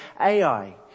Ai